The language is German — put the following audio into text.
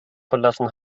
verlassen